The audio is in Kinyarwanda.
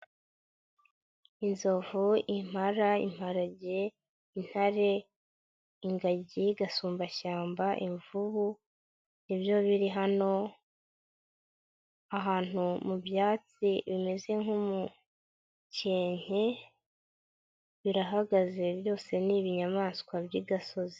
Inzovu, impara, imparage, intare, ingagi, agasumbashyamba, imvubu ni byo biri hano, ahantu mu byatsi bimeze nk'umukenke birahagaze byose ni inyamaswa by'igasozi.